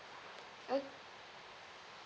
oh